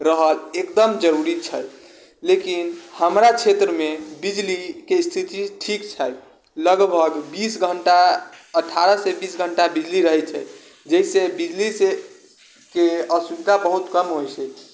रहऽ एकदम जरूरी छै लेकिन हमरा क्षेत्रमे बिजलीके स्थिति ठीक छै लगभग बीस घण्टा अठारहसँ बीस घण्टा बिजली रहै छै जाहिसँ बिजलीके असुविधा बहुत कम होइ छै